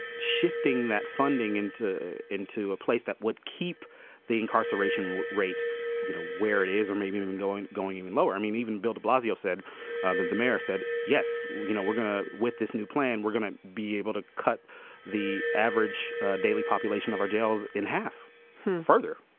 shifting that funding into into a place that would keep the incarceration rate going to where it is or maybe even going going even lower. i mean even bill de blasio said that the mayor said yes you know we're going to with this new plan we're gonna be able to cut the average daily population of our jails in half further.